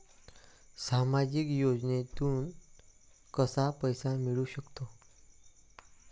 सामाजिक योजनेतून कसा पैसा मिळू सकतो?